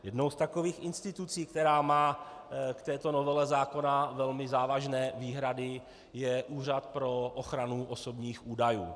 Jednou z takových institucí, která má k této novele zákona velmi závažné výhrady, je Úřad pro ochranu osobních údajů.